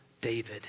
David